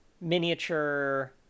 miniature